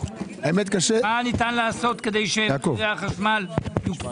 מה ניתן לעשות כדי שמחירי החשמל יוקפאו?